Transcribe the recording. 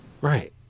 Right